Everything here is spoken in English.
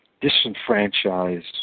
disenfranchised